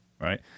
right